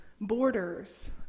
borders